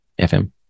FM